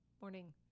Morning